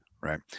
right